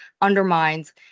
undermines